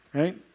right